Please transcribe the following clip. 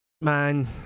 man